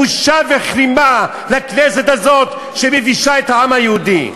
בושה וכלימה לכנסת הזאת, שמבישה את העם היהודי.